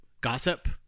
gossip